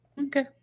Okay